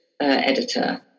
editor